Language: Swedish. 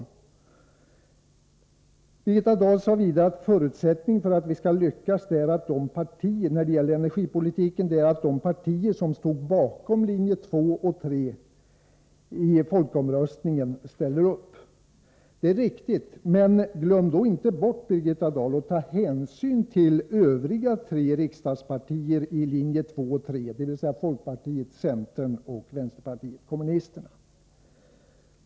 Birgitta Dahl sade vidare att förutsättningen för att vi skall lyckas när det gäller energipolitiken är att de partier som stod bakom linje 2 och 3 i folkomröstningen ställer upp. Det är riktigt, men glöm då inte bort, Birgitta Dahl, att ta hänsyn till de övriga tre partier som stod bakom linje 2 och 3, dvs. folkpartiet, centern och vänsterpartiet kommunisterna.